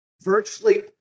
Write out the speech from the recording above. virtually